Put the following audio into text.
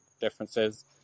differences